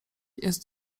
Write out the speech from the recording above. jest